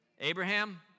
Abraham